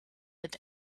had